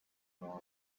know